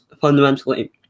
fundamentally